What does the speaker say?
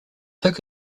took